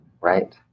right